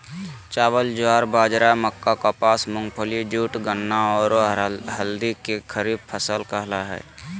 चावल, ज्वार, बाजरा, मक्का, कपास, मूंगफली, जूट, गन्ना, औरो हल्दी के खरीफ फसल कहला हइ